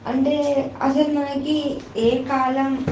అంటే అసలు మనకి ఏ కాలం